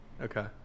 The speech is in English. Okay